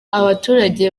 abaturage